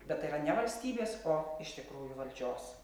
bet tai yra ne valstybės o iš tikrųjų valdžios